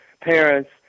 parents